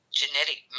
genetic